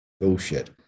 bullshit